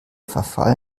verfall